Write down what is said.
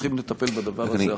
מוכרחים לטפל בדבר הזה.